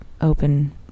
open